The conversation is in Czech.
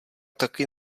taky